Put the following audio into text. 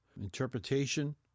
interpretation